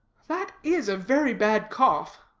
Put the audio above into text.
that is a very bad cough.